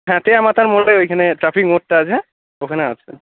হ্যাঁ ত আমাত তার মোড়ে ওইখানে ট্রাফিক মোড়টা আছে হ্যাঁ ওখানে আছেন